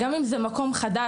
גם אם זה מקום חדש,